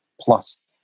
Plus